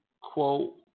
quote